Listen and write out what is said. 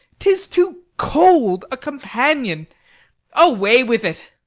tis too cold a companion away with't.